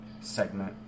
segment